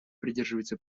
придерживается